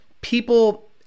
people